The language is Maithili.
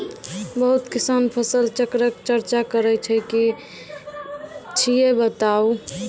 बहुत किसान फसल चक्रक चर्चा करै छै ई की छियै बताऊ?